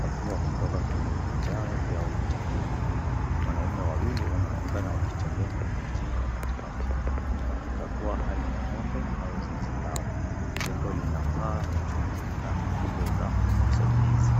wakiwa kutoka kwenye vijaa vyao vya chakula. Wanaume wawili wanaonekana wakitembea kwenye njia ya katikati wakikagua hali ya ng'ombe au zizi lao jengo lina paa la chuma na nguzo za usaidizi.